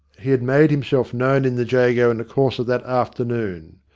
he had made himself known in the jago in the course of that afternoon.